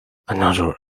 another